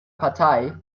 partei